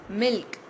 milk